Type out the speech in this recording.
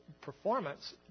performance